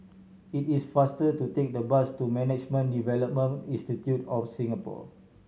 it is faster to take the bus to Management Development Institute of Singapore